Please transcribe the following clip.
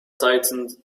tightened